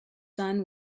son